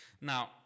Now